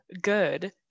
good